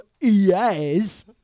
yes